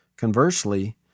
Conversely